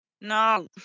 No